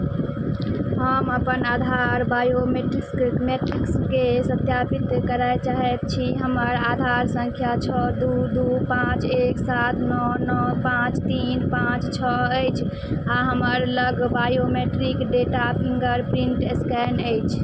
हम अपन आधार बायोमेट्रिक्स मेट्रिक्सके सत्यापित करय चाहैत छी हमर आधार सङ्ख्या छओ दू दू पाँच एक सात नओ नओ पाँच तीन पाँच छओ अछि आ हमर लग biometric data fingerprint scan अछि